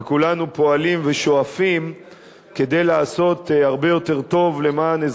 וכולנו פועלים ושואפים כדי לעשות הרבה יותר טוב למען אזרחי,